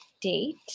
date